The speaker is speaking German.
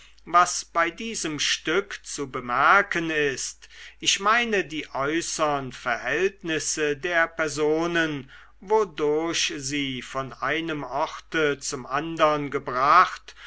was bei diesem stück zu bemerken ist ich meine die äußern verhältnisse der personen wodurch sie von einem orte zum andern gebracht